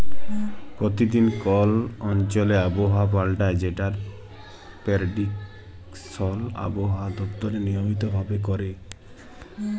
পরতিদিল কল অঞ্চলে আবহাওয়া পাল্টায় যেটর পেরডিকশল আবহাওয়া দপ্তর লিয়মিত ভাবে ক্যরে